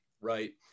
right